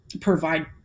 provide